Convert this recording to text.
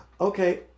Okay